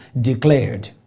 declared